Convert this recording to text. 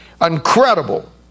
Incredible